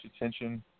attention